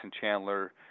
Chandler